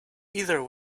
either